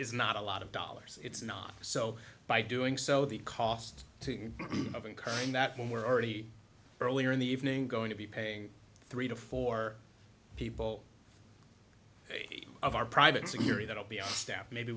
is not a lot of dollars it's not so by doing so the cost of incurring that when we're already earlier in the evening going to be paying three to four people of our private security that will be staffed maybe